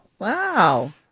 Wow